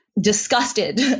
disgusted